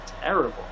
terrible